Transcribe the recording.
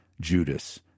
Judas